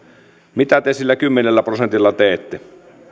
mitä te sillä kymmenellä prosentilla teette